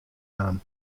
naam